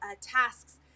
tasks